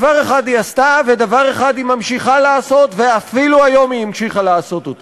דבר אחד היא עשתה ודבר אחד היא ממשיכה לעשות,